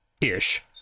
ish